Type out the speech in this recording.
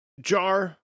Jar